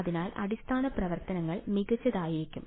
അതിനാൽ അടിസ്ഥാന പ്രവർത്തനങ്ങൾ മികച്ചതായിരിക്കും